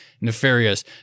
nefarious